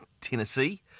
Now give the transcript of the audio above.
Tennessee